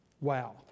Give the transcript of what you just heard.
Wow